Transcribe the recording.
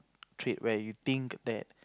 trait where you think that